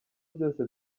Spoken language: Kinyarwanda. byose